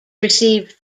received